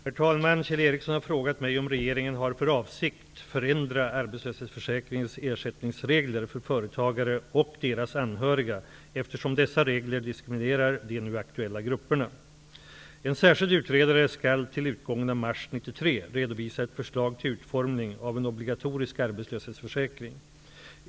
Herr talman! Kjell Ericsson har frågat mig om regeringen har för avsikt förändra arbetslöshetsförsäkringens ersättningsregler för företagare och deras anhöriga eftersom dessa regler diskriminerar de nu aktuella grupperna. En särskild utredare skall till utgången av mars 1993 redovisa ett förslag till utformning av en obligatorisk arbetslöshetsförsäkring.